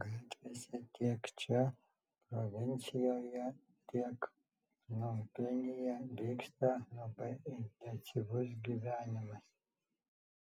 gatvėse tiek čia provincijoje tiek pnompenyje vyksta labai intensyvus gyvenimas